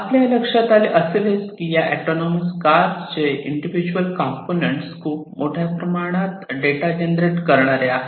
आपल्या लक्षात आले असेलच की या ऑटोनॉमस कार चे इंडीव्हिज्युअल कॉम्पोनन्ट्स खूप मोठ्या प्रमाणात डेटा जनरेट करणार आहे